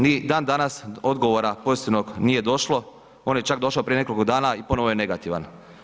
Ni danas odgovora pozitivnog nije došlo, on je čak došao prije nekoliko dana i ponovo je negativna.